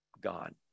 God